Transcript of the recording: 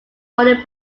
boarding